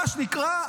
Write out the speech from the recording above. מה שנקרא,